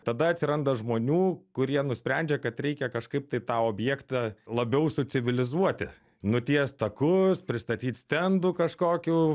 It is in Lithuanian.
tada atsiranda žmonių kurie nusprendžia kad reikia kažkaip tai tą objektą labiau sucivilizuoti nutiest takus pristatyt stendų kažkokių